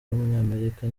w’umunyamerika